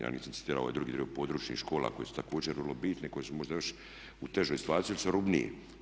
Ja nisam spomenuo ovaj drugi dio područnih škola koje su također vrlo bitne i koje su možda još u težoj situaciji jer su rubnije.